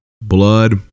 blood